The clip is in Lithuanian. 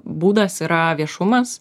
būdas yra viešumas